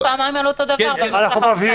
אתם חוזרים פעמיים על אותו דבר ------ אנחנו מבהירים.